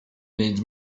needs